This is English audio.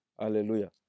Hallelujah